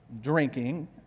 drinking